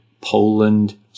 Poland